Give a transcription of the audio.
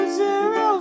zero